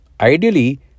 Ideally